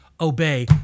obey